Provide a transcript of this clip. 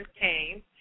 came